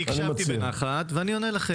אני הקשבתי בנחת, ואני עונה לכם.